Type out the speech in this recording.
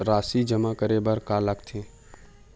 राशि जमा करे बर का का लगथे?